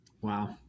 Wow